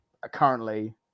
currently